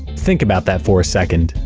think about that for a second.